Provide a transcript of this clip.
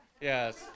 Yes